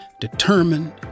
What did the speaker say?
determined